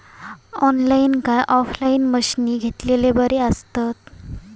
Online काय offline मशीनी घेतलेले बरे आसतात?